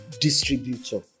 distributor